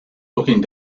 looking